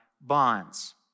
bonds